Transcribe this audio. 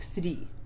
three